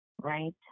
right